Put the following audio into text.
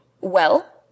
Well